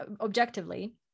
objectively